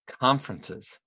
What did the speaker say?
conferences